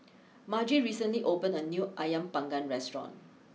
Margy recently opened a new Ayam Panggang restaurant